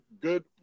good